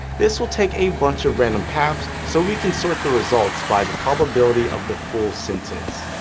this will take a bunch of random paths, so we can sort the results by the probability of the full sentences,